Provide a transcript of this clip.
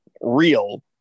real